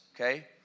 okay